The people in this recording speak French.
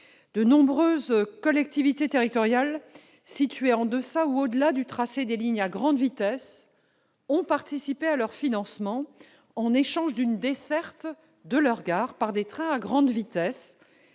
De nombreuses collectivités territoriales situées en deçà ou au-delà du tracé des lignes à grande vitesse ont participé à leur financement, en échange d'une desserte de leur gare par des trains à grande vitesse